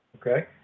Okay